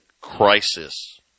crisis